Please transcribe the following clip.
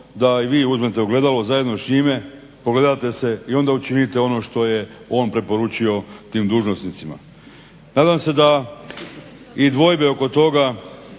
da i vi uzmete ogledalo zajedno s njime, pogledate se i onda učinite ono što je on preporučio tim dužnosnicima. Nadam se da i dvojbe oko toga